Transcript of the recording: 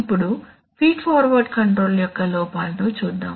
ఇప్పుడు feed forward control యొక్క లోపాలను చూద్దాం